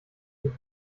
wie